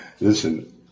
listen